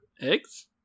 eggs